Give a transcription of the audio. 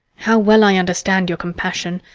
how well i understand your compassion!